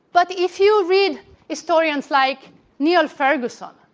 but if you read historians like niall ferguson.